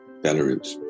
Belarus